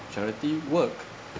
charity work